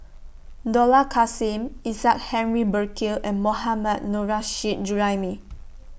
Dollah Kassim Isaac Henry Burkill and Mohammad Nurrasyid Juraimi